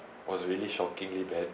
was really shockingly bad